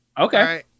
Okay